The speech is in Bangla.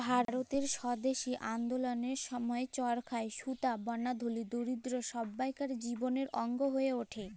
ভারতের স্বদেশী আল্দললের সময় চরখায় সুতা বলা ধলি, দরিদ্দ সব্বাইকার জীবলের অংগ হঁয়ে উঠে